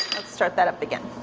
let's start that up again.